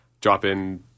drop-in